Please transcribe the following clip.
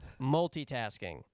multitasking